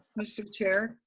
michelle chair,